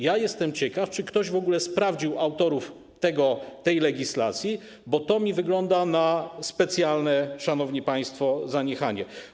Ja jestem ciekaw, czy ktoś w ogóle sprawdził autorów tej legislacji, bo to mi wygląda na specjalne, szanowni państwo, zaniechanie.